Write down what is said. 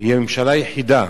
היא הממשלה היחידה